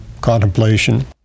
contemplation